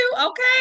Okay